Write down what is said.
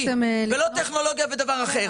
ולא טכנולוגיה ודבר אחר.